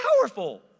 powerful